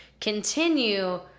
continue